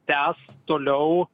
tęs toliau